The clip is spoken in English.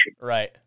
Right